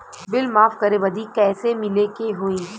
Bill माफ करे बदी कैसे मिले के होई?